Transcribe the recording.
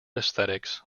aesthetics